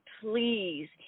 please